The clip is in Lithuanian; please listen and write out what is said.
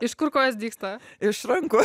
iš kur kojos dygsta iš rankų